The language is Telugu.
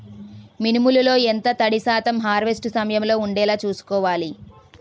మినుములు లో ఎంత తడి శాతం హార్వెస్ట్ సమయంలో వుండేలా చుస్కోవాలి?